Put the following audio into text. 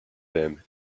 them